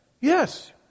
Yes